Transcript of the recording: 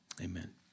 Amen